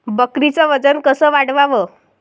बकरीचं वजन कस वाढवाव?